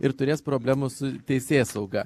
ir turės problemų su teisėsauga